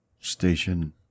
station